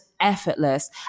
effortless